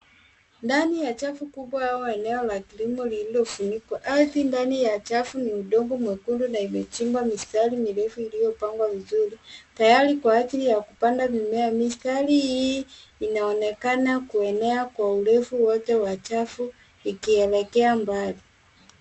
Ndani ya chafu kubwa au eneo la kilimo lililofunikwa. Ardhi ndani ya chafu ni udongo mwekundu na imechimbwa mistari mirefu iliyopangwa vizuri, tayari kwa ajili ya kupanda mimea. Mistari hii inaonekana kuenea kwa urefu wote wa chafu ikielekea mbali.